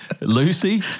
Lucy